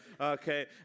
okay